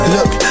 Look